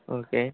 okay